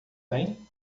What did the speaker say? bem